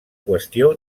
qüestió